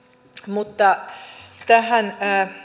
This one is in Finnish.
mutta tähän